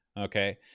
Okay